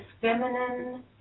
feminine